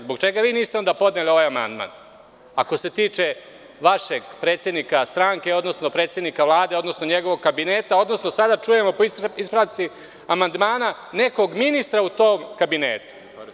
Zbog čega vi niste onda podneli ovaj amandman ako se tiče vašeg predsednika stranke, odnosno predsednika Vlade, odnosno njegovog kabineta, odnosno sada čujemo po ispravci amandmana nekog ministra u tom kabinetu?